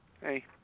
hey